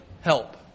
help